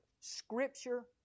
Scripture